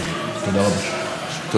תודה רבה, אדוני.